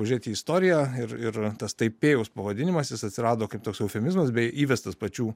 pažiūrėti į istoriją ir ir tas taipėjaus pavadinimas jis atsirado kaip toks eufemizmas bei įvestas pačių